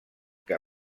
que